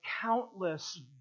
countless